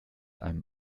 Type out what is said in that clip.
einem